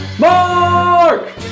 MARK